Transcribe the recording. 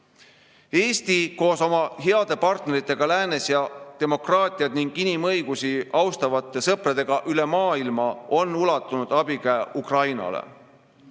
koos oma heade partneritega läänes ning demokraatiat ja inimõigusi austavate sõpradega üle maailma on ulatanud Ukrainale